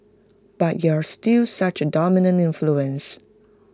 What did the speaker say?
but you're still such A dominant influence